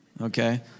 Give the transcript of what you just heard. Okay